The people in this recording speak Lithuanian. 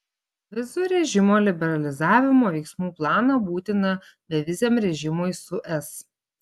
vizų režimo liberalizavimo veiksmų planą būtiną beviziam režimui su es